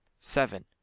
seven